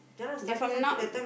then from now